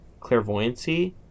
clairvoyancy